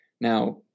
Now